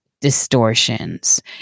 distortions